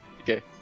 Okay